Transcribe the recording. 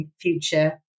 future